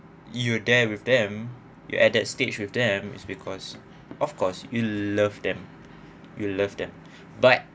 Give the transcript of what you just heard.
you dare with them you at that stage with them is because of course you love them you love them but